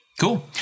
Cool